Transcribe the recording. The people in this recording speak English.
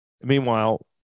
Meanwhile